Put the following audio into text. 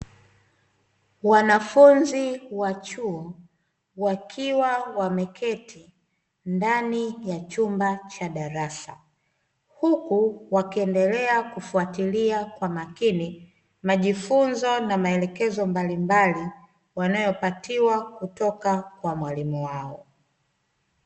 Wanafunzi wa chuo wakiwa wameketi ndani ya chumba cha darasa huku wakiendelea kufwatilia kwa makini majifunzo na maelekezo mbalimbali wanayopatiwa kutoka kwa mwalimu wao.